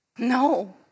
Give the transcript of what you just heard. No